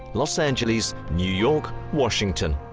los angeles, new york, washington,